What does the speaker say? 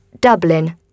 dublin